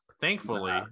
Thankfully